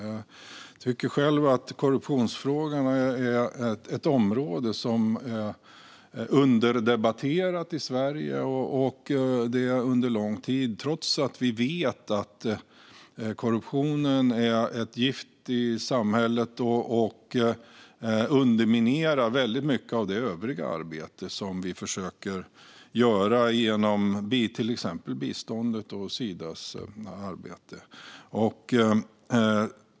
Jag tycker själv att korruptionsfrågorna är ett område som under lång tid varit underdebatterat i Sverige, trots att vi vet att korruptionen är ett gift i samhället och underminerar väldigt mycket av det övriga arbete som vi försöker göra genom till exempel biståndet och Sidas arbete.